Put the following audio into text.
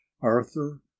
arthur